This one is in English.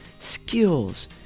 skills